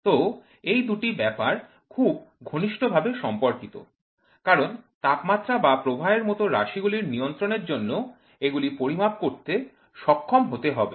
তো এই দুটি ব্যাপার খুব ঘনিষ্ঠভাবে সম্পর্কিত কারণ তাপমাত্রা বা প্রবাহের মতো রাশি গুলি নিয়ন্ত্রণের জন্য এগুলি পরিমাপ করতে সক্ষম হতে হবে